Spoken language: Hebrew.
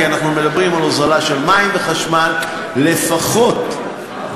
כי אנחנו מדברים על הוזלה של מים וחשמל לפחות ב-10%,